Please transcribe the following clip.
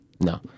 No